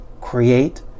create